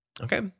Okay